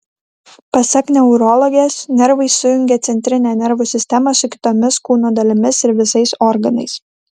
pasak neurologės nervai sujungia centrinę nervų sistemą su kitomis kūno dalimis ir visais organais